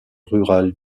rurales